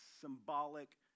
symbolic